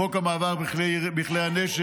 חוק המאבק בכלי נשק,